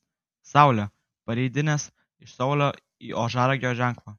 saulė pereidinės iš šaulio į ožiaragio ženklą